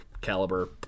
caliber